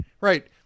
Right